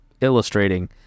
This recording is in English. illustrating